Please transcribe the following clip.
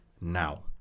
now